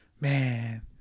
man